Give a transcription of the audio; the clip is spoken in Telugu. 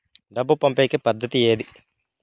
డబ్బు పంపేకి పద్దతి ఏది